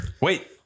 Wait